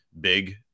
big